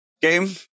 game